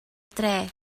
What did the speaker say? dre